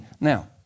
Now